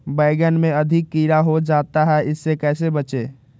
बैंगन में अधिक कीड़ा हो जाता हैं इससे कैसे बचे?